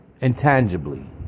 Intangibly